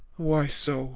why, so